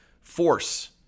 force